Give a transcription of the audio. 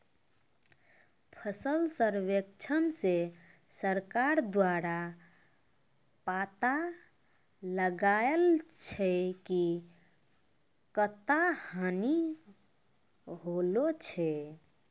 फसल सर्वेक्षण से सरकार द्वारा पाता लगाय छै कि कत्ता हानि होलो छै